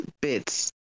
bits